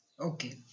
okay